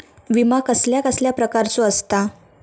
विमा कसल्या कसल्या प्रकारचो असता?